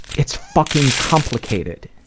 it's fucking complicated.